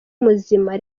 muzima